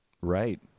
Right